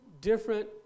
different